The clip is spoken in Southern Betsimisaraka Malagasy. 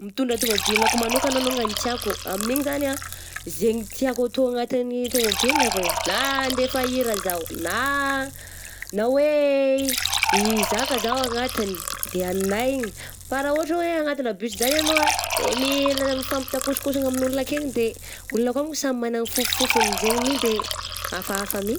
Mitondra ny tômobilako manokana alongany ny tiako, amin'igny zany ah zegny tiako ataoko anatin'ny tômobilako eh na handefa hira zaho, na na hoe hizaka zaho ao anatiny de anay igny, fa raha ohatra hoe anatina bus zany anao de mila mifampitakosokosagna amin'ny olona akeny ,de olona akao mo samy manana ny fofofogny zegny my de hafahafa my.